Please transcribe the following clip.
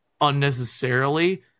unnecessarily